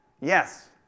yes